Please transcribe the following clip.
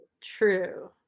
true